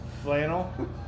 flannel